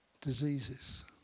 diseases